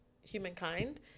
humankind